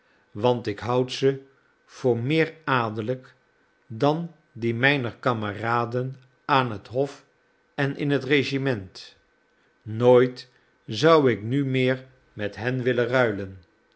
want ik houd ze voor meer adellijk dan die mijner kameraden aan het hof en in het regiment nooit zou ik nu meer met hen willen ruilen